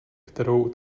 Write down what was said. kterou